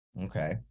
Okay